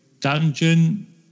dungeon